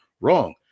wrong